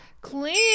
clean